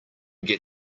get